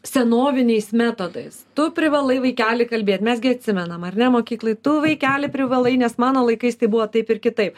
senoviniais metodais tu privalai vaikeli kalbėt mes gi atsimenam ar ne mokykloj tu vaikeli privalai nes mano laikais tai buvo taip ir kitaip